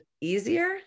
easier